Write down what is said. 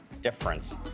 difference